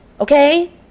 Okay